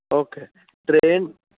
okay train